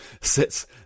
sits